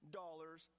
dollars